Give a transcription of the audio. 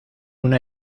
una